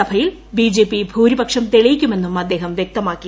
സഭയിൽ ബിജെപി ഭൂരിപക്ഷം തെളിയിക്കുമെന്നുംഅദ്ദേഹംവൃക്തമാക്കി